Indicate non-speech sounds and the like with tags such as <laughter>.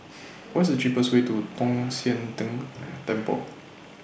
<noise> What's The cheapest Way to Tong Sian Tng Temple